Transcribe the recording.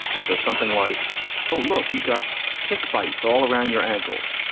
and so something like a look, you got tick bites all around your ankles.